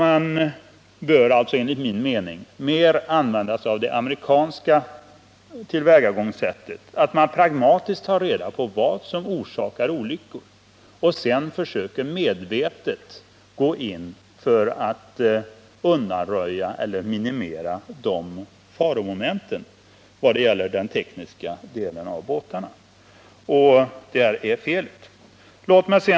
Enligt min mening bör man alltså mer tillämpa det amerikanska tillvägagångssättet att pragmatiskt ta reda på vad som orsakar olyckor och sedan medvetet försöka gå in för att undanröja eller minimera sådana faromoment i vad gäller den tekniska delen av båtarna. Där är felet.